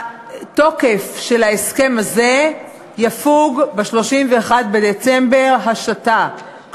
התוקף של ההסכם הזה יפוג ב-31 בדצמבר השתא,